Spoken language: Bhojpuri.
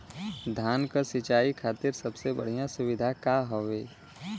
धान क सिंचाई खातिर सबसे बढ़ियां सुविधा का हवे?